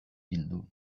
bildu